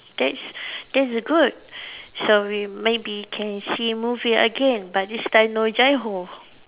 that's that's good so we maybe can see movie again but this time no Jai Ho